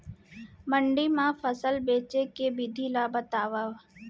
मंडी मा फसल बेचे के विधि ला बतावव?